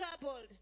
troubled